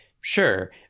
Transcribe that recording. sure